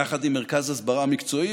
יחד עם מרכז הסברה מקצועי,